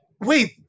wait